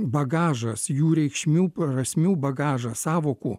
bagažas jų reikšmių prasmių bagažas sąvokų